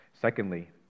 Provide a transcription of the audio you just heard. Secondly